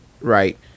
Right